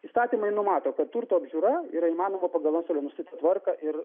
įstatymai numato kad turto apžiūra yra įmanoma pagal antstolio nustatytą tvarką ir